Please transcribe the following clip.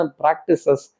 practices